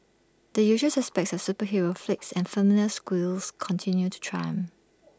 the usual suspects of superhero flicks and familiar sequels continued to triumph